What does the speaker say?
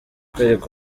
kwereka